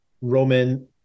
Roman